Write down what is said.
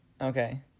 Okay